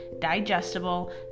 digestible